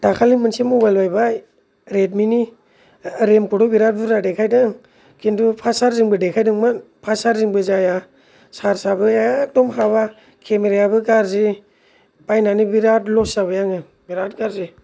दाखालि मोनसे मबाइल बायबाय रेडमिनि रेमखौथ' बिराट बुर्जा देखायदों खिन्थु फास्ट चार्जिंबो देखायदोंमोन फास्ट चार्जिंबो जाया चार्जाबो एकदम हाबा खेमेरायाबो गार्जि बायनानै बिराट लस जाबाय आङो बिराट गार्जि